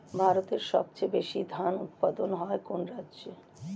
ভারতের সবচেয়ে বেশী ধান উৎপাদন হয় কোন রাজ্যে?